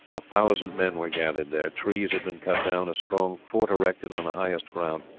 a thousand men were gathered there. trees had been cut down, a strong fort erected on the highest ground,